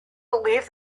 believed